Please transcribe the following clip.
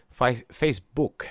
Facebook